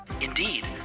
Indeed